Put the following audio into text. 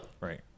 Right